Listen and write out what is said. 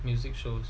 music shows